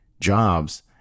jobs